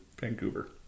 Vancouver